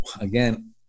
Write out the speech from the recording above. again